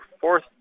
fourth